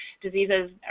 diseases